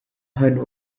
hano